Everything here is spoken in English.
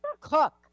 cook